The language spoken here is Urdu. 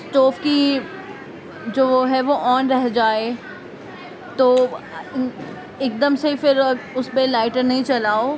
اسٹوو کی جو وہ ہے آن رہ جائے تو ایک دم سے پھر اس پہ لائٹر نہیں چلاؤ